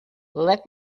let